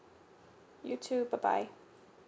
you too bye bye